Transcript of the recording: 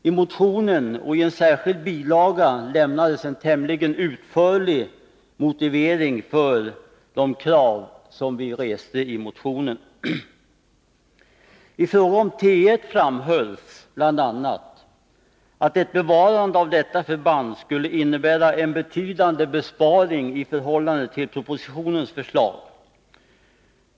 I motionen och i en bilaga lämnades en tämligen utförlig motivering för de krav som vi rest. I fråga om T 1 framhölls bl.a. att ett bevarande av detta förband skulle innebära en betydande besparing i förhållande till propositionens förslag.